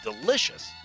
delicious